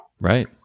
Right